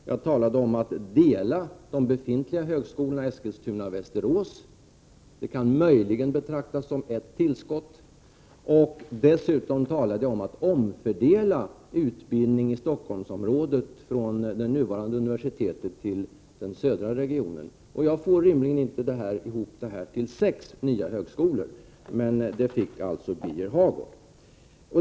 Vidare talade jag om en delning av den befintliga högskolan i Eskilstuna-Västerås — något som möjligen kan uppfattas som ett tillskott. Dessutom talade jag om en omfördelning av utbildningen i Stockholmsområdet. Utbildning skulle alltså kunna flyttas från det nuvarande universitetet till den södra delen av regionen. Jag kan dock inte se att det här blir fråga om sex nya högskolor, men det kan Birger Hagård.